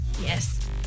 Yes